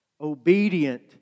obedient